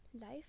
life